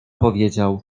powiedział